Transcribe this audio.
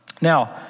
Now